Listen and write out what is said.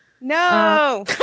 No